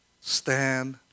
stand